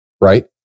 right